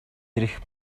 ирэх